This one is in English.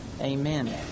amen